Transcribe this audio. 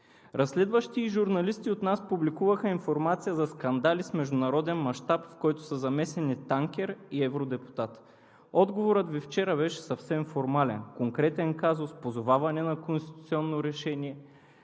Разследващи и журналисти публикуваха информация, получена от нас, за скандал с международен мащаб, в който са замесени танкер и евродепутат. Отговорът Ви вчера беше съвсем формален – конкретен казус, позоваване на конституционно решение,